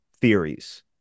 theories